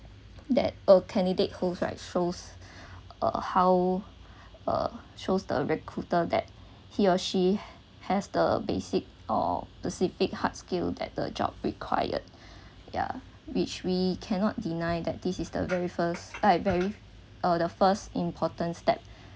that a candidate holds like shows uh how uh shows the recruiter that he or she has has the basic or specific hard skill that the job required yeah which we cannot deny that this is the very first like very uh the first important step